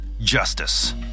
justice